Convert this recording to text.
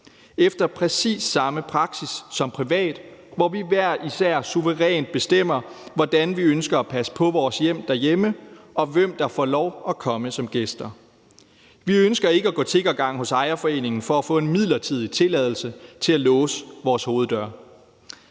efter præcis samme praksis som privat, hvor vi hver især suverænt bestemmer, hvordan vi ønsker at passe på vores hjem derhjemme, og hvem der får lov at komme som gæster. Vi ønsker ikke at gå tiggergang hos ejerforeningen for at få en midlertidig tilladelse til at låse vores hoveddør.